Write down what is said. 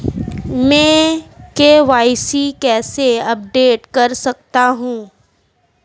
मैं के.वाई.सी कैसे अपडेट कर सकता हूं?